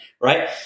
right